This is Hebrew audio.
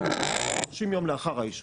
60 ימים לאחר האישור.